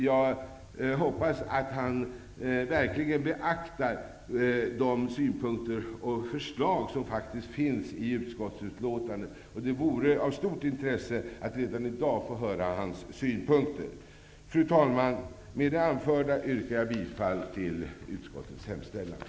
Jag hoppas också att utbildningsministern verkligen beaktar de synpunkter och förslag som faktiskt finns i utskottsutlåtandet. Det vore av stort intresse att även i dag få höra hans synpunkter. Fru talman! Med det anförda yrkar jag bifall till utskottets hemställan.